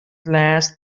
last